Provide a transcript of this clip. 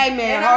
Amen